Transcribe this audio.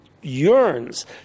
yearns